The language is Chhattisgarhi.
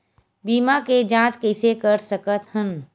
बीमा के जांच कइसे कर सकत हन?